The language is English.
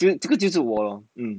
就是这个就是我